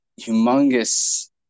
humongous